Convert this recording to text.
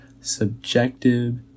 subjective